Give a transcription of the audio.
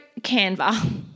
Canva